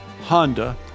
Honda